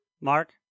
Mark